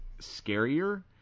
scarier